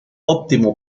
óptimo